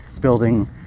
building